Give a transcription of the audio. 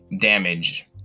Damage